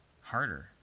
harder